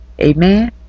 Amen